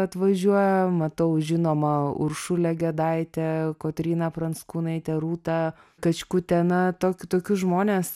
atvažiuoja matau žinoma uršulę gedaitę kotryną pranckūnaitę rūtą kačkutę na to tokius žmones